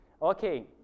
Okay